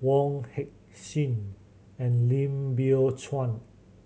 Wong Heck Sing and Lim Biow Chuan